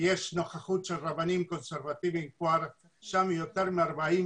כל העולם הווירטואלי,